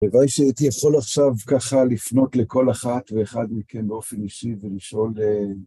הלוואי שהייתי יכול עכשיו ככה לפנות לכל אחת ואחד מכן באופן אישי ולשאול...